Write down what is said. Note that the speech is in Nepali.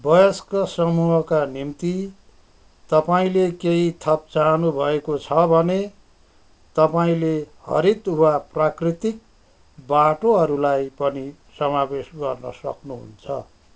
वयस्क समूहका निम्ति तपाईँले केही थप चाहनुभएको छ भने तपाईँले हरित वा प्राकृतिक बाटोहरूलाई पनि समावेश गर्न सक्नु हुन्छ